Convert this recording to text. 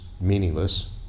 meaningless